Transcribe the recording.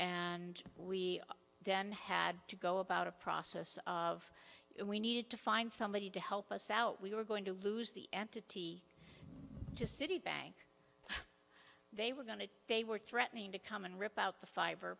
and we then had to go about a process of we needed to find somebody to help us out we were going to lose the entity to citibank they were going to they were threatening to come and rip out the fi